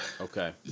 Okay